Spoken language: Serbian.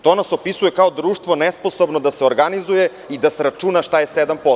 To nas opisuje kao društvo nesposobno da se organizuje i da sračuna šta je 7%